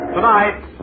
Tonight